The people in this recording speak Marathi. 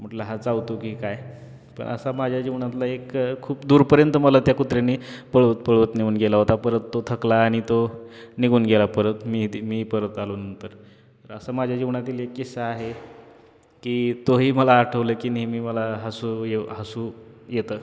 म्हटलं हा चावतो की काय पण असा माझ्या जीवनातला एक खूप दूरपर्यंत मला त्या कुत्र्यानी पळवत पळवत नेऊन गेला होता परत तो थकला आणि तो निघून गेला परत मी ते मी परत आलो नंतर असं माझ्या जीवनातील एक किस्सा आहे की तोही मला आठवलं की नेहमी मला हसू येऊ हसू येतं